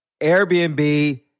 Airbnb